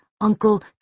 Uncle